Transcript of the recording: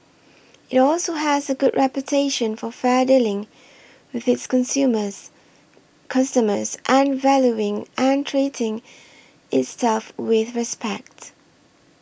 it also has a good reputation for fair dealing with its consumers customers and valuing and treating its staff with respect